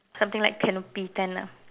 something like canopy tent ah